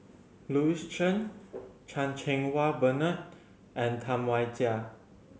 Louis Chen Chan Cheng Wah Bernard and Tam Wai Jia